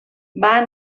van